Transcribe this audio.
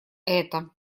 это